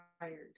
tired